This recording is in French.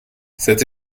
cette